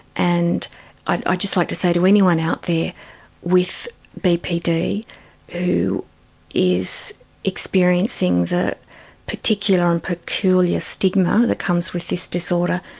and i'd ah just like to say to anyone out there with bpd who is experiencing the particular and peculiar stigma that comes with this disorder,